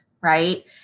right